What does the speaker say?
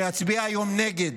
שיצביע היום נגד,